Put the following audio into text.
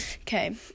Okay